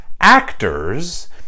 actors